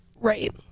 Right